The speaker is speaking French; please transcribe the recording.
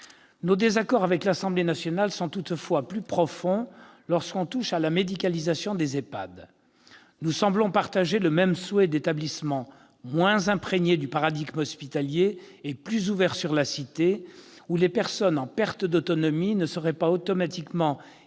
Nos désaccords avec l'Assemblée nationale sont toutefois plus profonds lorsque l'on touche à la médicalisation des EHPAD. Nous semblons partager le même souhait d'établissements moins imprégnés du paradigme hospitalier et plus ouverts sur la cité, où les personnes en perte d'autonomie ne seraient pas automatiquement absorbées